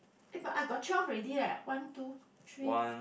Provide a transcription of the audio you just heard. eh but I got twelve already leh one two three